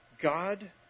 God